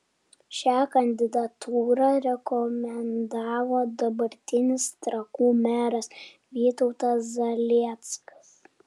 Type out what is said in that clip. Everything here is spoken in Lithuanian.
šią kandidatūrą rekomendavo dabartinis trakų meras vytautas zalieckas